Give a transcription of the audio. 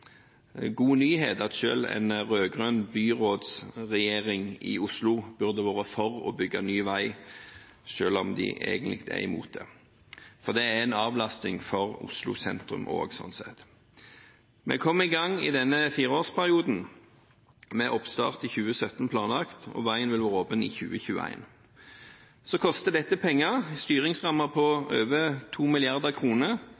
god nyhet at selv en rød-grønn byrådsregjering i Oslo burde vært for å bygge ny vei, selv om de egentlig er imot det, for dette er sånn sett også en avlasting for Oslo sentrum. Vi kommer i gang i denne fireårsperioden, med planlagt oppstart i 2017, og veien vil være åpen i 2021. Så koster dette penger – styringsrammen er på over